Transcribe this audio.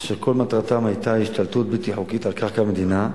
אשר כל מטרתם היתה השתלטות בלתי חוקית על קרקע מדינה.